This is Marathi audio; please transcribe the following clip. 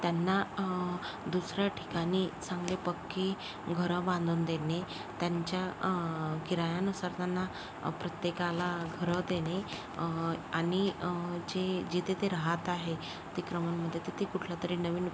त्यांना दुसऱ्या ठिकाणी चांगले पक्की घरं बांधून देणे त्यांच्या किरायानुसार त्यांना प्रत्येकाला घरं देणे आणि जे जिथे ते राहत आहे अतिक्रमणमध्ये तिथे कुठलं तरी नवीन